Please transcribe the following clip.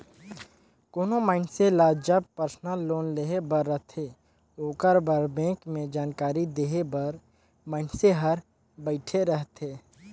कोनो मइनसे ल जब परसनल लोन लेहे बर रहथे ओकर बर बेंक में जानकारी देहे बर मइनसे हर बइठे रहथे